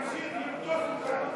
נמשיך לרדוף אותם,